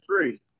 three